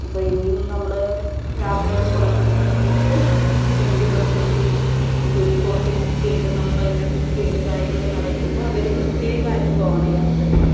അപ്പോൾ ഇനിയും നമ്മൾ യാത്രകൾ പുറപ്പെടുന്ന സമയത്ത് ടെൻ്റുകൾ കെട്ടി പിന്നെ പുറത്ത് കുക്ക് ചെയ്തു നമ്മൾ തന്നെ കുക്ക് ചെയ്ത് കാര്യങ്ങൾ നടക്കുമ്പോൾ അതൊരു പ്രത്യേക അനുഭവമാണ് യാത്രകൾ